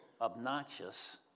obnoxious